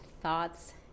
thoughts